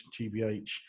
GBH